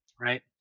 Right